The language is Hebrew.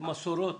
ומסורות